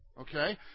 Okay